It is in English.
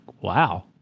wow